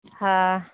हाँ